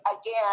again